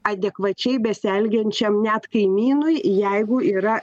adekvačiai besielgiančiam net kaimynui jeigu yra